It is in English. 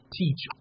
teach